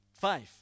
Five